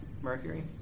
Mercury